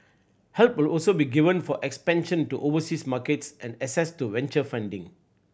help will also be given for expansion to overseas markets and access to venture funding